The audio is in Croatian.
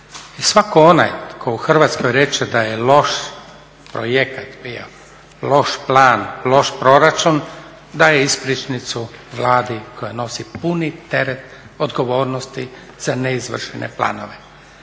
svatko onaj tko u Hrvatskoj reče da je loš projekat bio, loš plan, loš proračun, daje ispričnicu Vladi koja nosi puni teret odgovornosti za neizvršene planove.